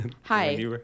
Hi